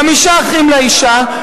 חמישה אחים לאשה,